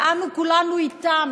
ואנו כולנו איתם,